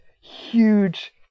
huge